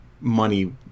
money